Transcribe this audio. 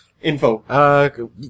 Info